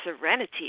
serenity